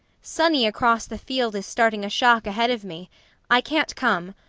sonny across the field is starting a shock ahead of me i can't come,